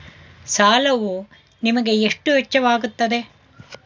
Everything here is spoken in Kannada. ಸಾಲವು ನಿಮಗೆ ಎಷ್ಟು ವೆಚ್ಚವಾಗುತ್ತದೆ?